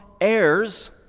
heirs